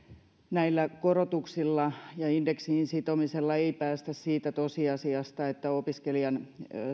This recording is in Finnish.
näillä korotuksilla ja indeksiin sitomisella ei päästä siitä tosiasiasta että opiskelijan